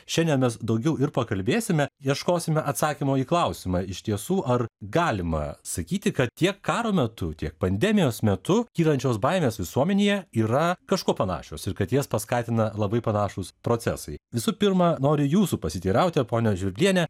šiandien mes daugiau ir pakalbėsime ieškosime atsakymo į klausimą iš tiesų ar galima sakyti kad tiek karo metu tiek pandemijos metu kylančios baimės visuomenėje yra kažkuo panašios ir kad jas paskatina labai panašūs procesai visų pirma noriu jūsų pasiteirauti ponia žvirblienė